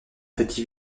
petit